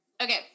Okay